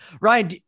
Ryan